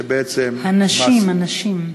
הנשים, הנשים.